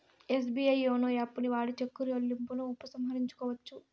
SBI YONO యాపుని వాడి చెక్కు చెల్లింపును ఉపసంహరించుకోవచ్చు